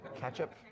ketchup